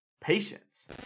Patience